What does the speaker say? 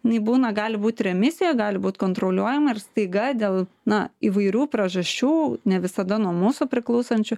ji būna gali būt remisijoj gali būt kontroliuojama ir staiga dėl na įvairių priežasčių ne visada nuo mūsų priklausančių